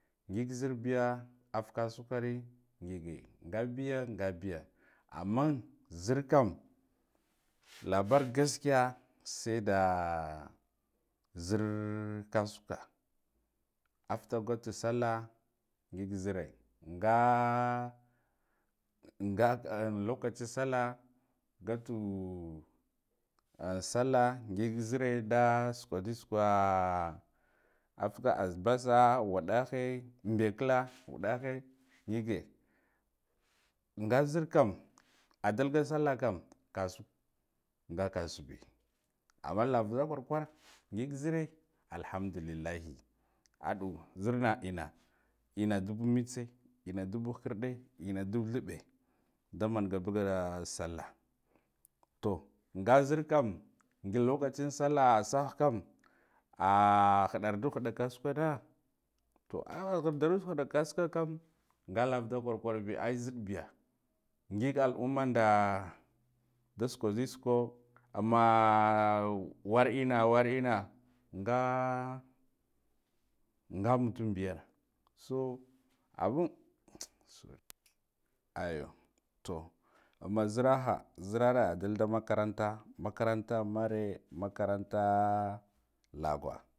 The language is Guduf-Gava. Ngig zirabiya afkasukare ngige ngabiy a ngabiya amman zir kam labar gaskiya seda zin kasuka afragotu sallah ngig zire nga, nga am lokachi sallah naga tu an sallah ngigi zire da sakwabi sukwaa afka azbasa udahe mɓekla udahe ngine nga zir kam adum da sallah kam kasuka nga bi amma lav da kwarkwa ngi zin alhamdulillahi aɗu zirna ina ina da a mitsina dubu khikirde ina dubu eɓɓe da manga buga sallah to nga za akam nga lokachin sallah sakkam ah khiɗardu khiɗa kasukwand to ah hir hiɗa kasuka kam nga lav da kwarta abi aizidoy ngig alammanda da sukwa sukwo ammaa wa ina, war ina nga, n mutum biya so abun mtss so ayo umzairaha zira a dalda makaranta makaro ta mare makarata lagwa